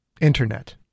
Internet